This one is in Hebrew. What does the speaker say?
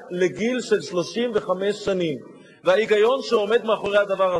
מקבלים עובד זר, אחרי כחודש ימים הבחור נעלם,